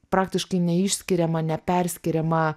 praktiškai neišskiriamą neperskiriamą